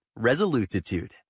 resolutitude